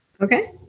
okay